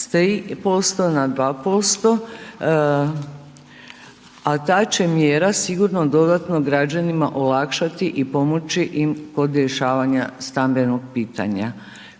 3% na 2% a ta će mjera sigurno dodatno građanima olakšati pomoći im kod rješavanja stambenog pitanja.